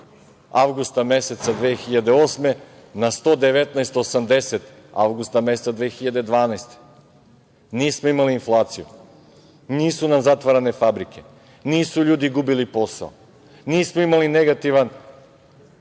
avgusta meseca 2008. godine, na 119,80, avgusta meseca 2012. godine. Nismo imali inflaciju, nisu nam zatvarane fabrike, nisu ljudi gubili posao, nismo imali negativan